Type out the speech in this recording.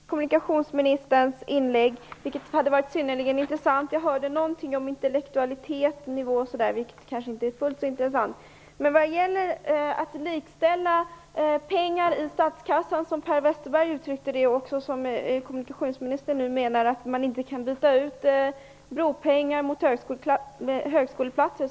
Herr talman! Tyvärr kunde jag inte uppfatta slutet på kommunikationsministerns inlägg, men det hade varit synnerligen intressant att höra det. Jag hörde något om intellektualitet - även om just det kanske inte var så intressant. Vad gäller att likställa pengar i statskassan, som Per Westerberg uttryckte det, menar kommunikationsministern nu att man inte kan byta ut bropengar mot högskoleplatser.